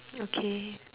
okay